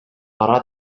ара